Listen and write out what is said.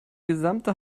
gesamte